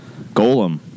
golem